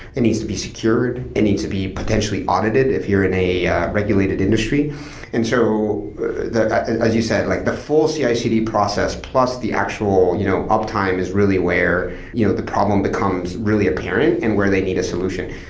it needs to be secured, it needs to be potentially audited if you're in a a regulated industry and so ah as you said, like the full cicd process, plus the actual you know uptime is really where you know the problem becomes really apparent and where they need a solution.